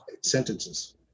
sentences